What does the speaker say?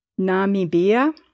Namibia